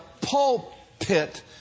pulpit